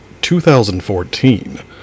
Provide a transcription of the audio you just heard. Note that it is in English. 2014